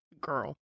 Girl